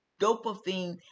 dopamine